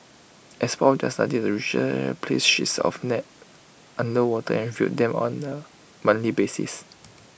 as part of their study the researcher place sheets of net underwater and review them on A monthly basis